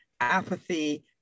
Apathy